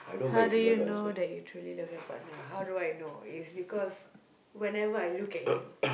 how do you know that you truly love your partner how do I know is because whenever I look at you